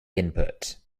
input